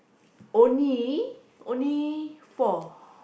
only only four